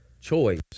choice